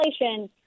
inflation